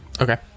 okay